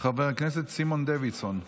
חבר הכנסת סימון דוידסון.